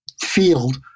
field